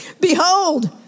Behold